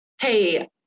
hey